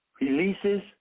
releases